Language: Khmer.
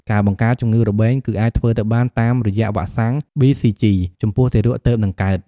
ការបង្ការជំងឺរបេង គឺអាចធ្វើទៅបានតាមរយៈវ៉ាក់សាំងប៊ីស៊ីជី ចំពោះទារកទើបនឹងកើត។